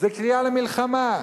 זה קריאה למלחמה.